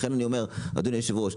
לכן אני אומר אדוני היו"ר,